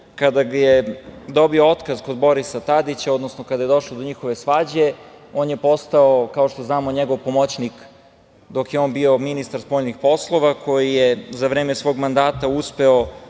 Kada je dobio otkaz kod Borisa Tadića, odnosno kada je došlo do njihove svađe on je postao, kao što znamo, njegov pomoćnik. Dok je on bio ministar spoljnih poslova, za vreme svog mandata uspeo